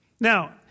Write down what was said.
Now